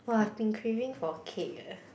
!wah! I've been craving for cake eh